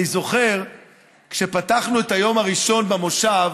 אני זוכר שכשפתחנו את היום הראשון במושב,